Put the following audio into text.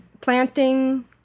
planting